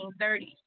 1930s